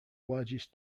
largest